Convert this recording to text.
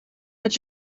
but